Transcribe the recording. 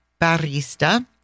barista